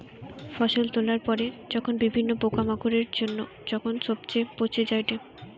ফসল তোলার পরে যখন বিভিন্ন পোকামাকড়ের জন্য যখন সবচে পচে যায়েটে